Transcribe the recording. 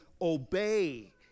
obey